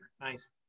nice